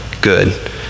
good